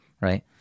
right